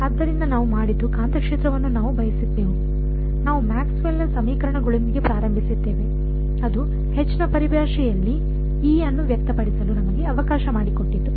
ಆದ್ದರಿಂದ ನಾವು ಮಾಡಿದ್ದು ಕಾಂತಕ್ಷೇತ್ರವನ್ನು ನಾವು ಬಯಸಿದ್ದೆವು ನಾವು ಮ್ಯಾಕ್ಸ್ವೆಲ್ನ Maxwells ಸಮೀಕರಣಗಳೊಂದಿಗೆ ಪ್ರಾರಂಭಿಸಿದ್ದೇವೆ ಅದು ನ ಪರಿಭಾಷೆಯಲ್ಲಿ ಅನ್ನು ವ್ಯಕ್ತಪಡಿಸಲು ನಮಗೆ ಅವಕಾಶ ಮಾಡಿಕೊಟ್ಟಿತು